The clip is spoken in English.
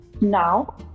Now